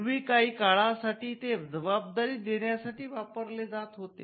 पूर्वी काही काळासाठी ते जबाबदारी देण्यासाठी वापरले जात होते